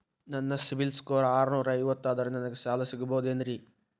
ನನ್ನ ಸಿಬಿಲ್ ಸ್ಕೋರ್ ಆರನೂರ ಐವತ್ತು ಅದರೇ ನನಗೆ ಸಾಲ ಸಿಗಬಹುದೇನ್ರಿ?